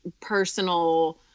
personal